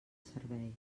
servei